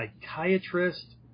psychiatrist